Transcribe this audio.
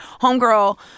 homegirl